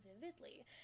vividly